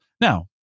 Now